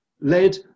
led